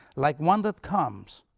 like one that comes,